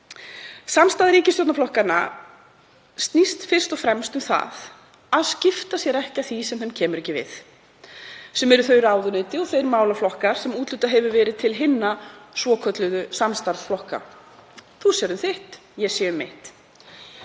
Samstaða ríkisstjórnarflokkanna snýst fyrst og fremst um það að skipta sér ekki af því sem þeim kemur ekki við, sem eru þau ráðuneyti og þeir málaflokkar sem úthlutað hefur verið til hinna svokölluðu samstarfsflokka: Þú sérð um þitt, ég sé um mitt.